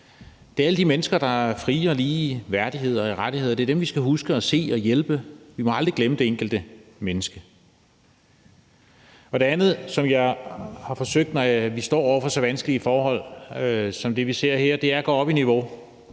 Det er alle de mennesker, der er frie og lige i værdighed og i rettigheder. Det er dem, vi skal huske at se og hjælpe. Vi må aldrig glemme det enkelte menneske. Det andet, som jeg har forsøgt, når vi står over for så vanskelige forhold som det, vi ser her, er at gå op i niveau